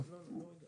חזרנו.